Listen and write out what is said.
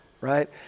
right